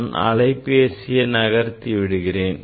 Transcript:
நான் அலைபேசியை நகர்த்தி விடுகிறேன்